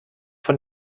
von